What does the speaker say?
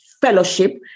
fellowship